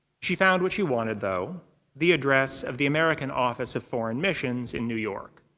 she found what she wanted, though the address of the american office of foreign missions in new york.